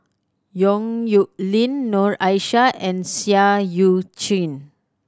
Yong Nyuk Lin Noor Aishah and Seah Eu Chin